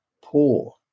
poor